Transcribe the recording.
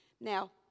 Now